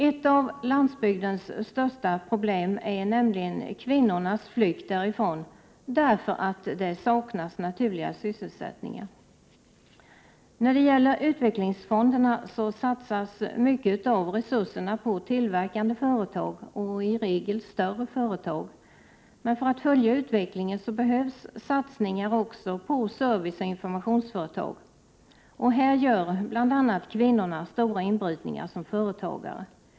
Ett av landsbygdens största problem är nämligen kvinnornas flykt därifrån därför att det saknas naturliga sysselsättningar. Genom utvecklingsfonderna satsas mycket av resurserna på tillverkande företag, i regel större företag. Men för att följa utvecklingen behövs satsningar också på serviceoch informationsföretag. Bl. a. här gör kvinnorna stora inbrytningar som företagare.